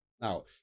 now